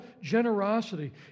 generosity